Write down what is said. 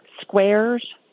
squares